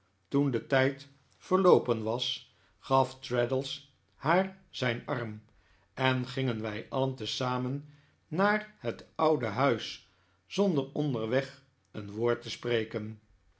toen de tijd verloopen was gaf traddles haar zijn arm en gingen wij alien tezamen naar het oude huis zonder onderweg een woord te spreken